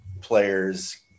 players